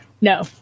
No